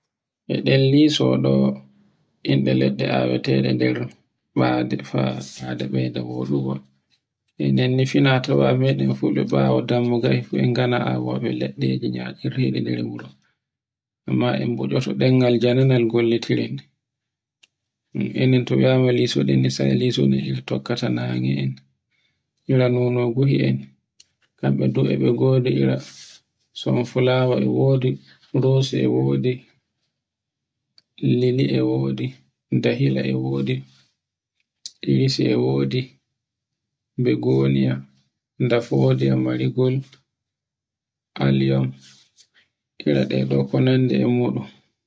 e ɗon lkiso ɗo inde leɗɗe awete nder bade fa bade beyda woɗugo e nenni fina tawa meɗen fu be bawo dammuga he awobe leɗɗeji naerteji, nder wuro. Amma em batcoto ɗemgal janangal gollitiren. Enen to wiwma liso no sai lisoto tokkata nange ira nono guhuen kambe bo e godi som fulawa e wodi, rosi e wodi, lilli e wodi, dahila e wodi irisi e wodi, begonia, ndafoɗiam marigol, aliyo, iraɗe ɗe nandi e muɗum.